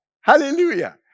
hallelujah